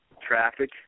traffic